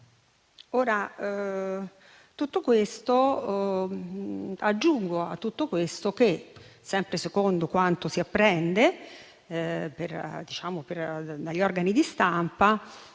Aggiungo a tutto questo che, sempre secondo quanto si apprende dagli organi di stampa,